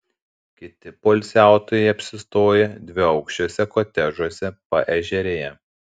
kiti poilsiautojai apsistoję dviaukščiuose kotedžuose paežerėje